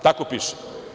Tako piše.